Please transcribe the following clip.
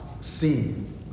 seen